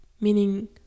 Meaning